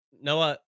Noah